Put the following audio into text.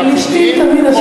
הפלישתים תמיד אשמים.